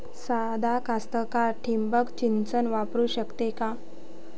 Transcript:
सादा कास्तकार ठिंबक सिंचन वापरू शकते का?